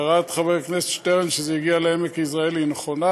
הערת חבר הכנסת שטרן שזה הגיע לעמק יזרעאל היא נכונה,